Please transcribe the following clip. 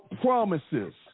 promises